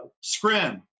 scrim